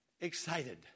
excited